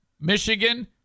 Michigan